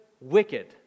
wicked